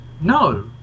No